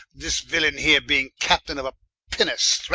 this villaine heere, being captaine of a pinnace,